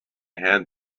had